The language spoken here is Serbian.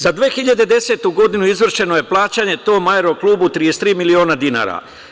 Za 2010. godinu izvršeno je plaćanje, tom „Aeroklubu“, 33 miliona dinara.